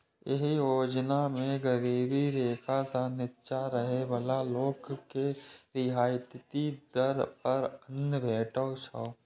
एहि योजना मे गरीबी रेखा सं निच्चा रहै बला लोक के रियायती दर पर अन्न भेटै छै